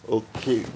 okay